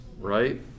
right